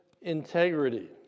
integrity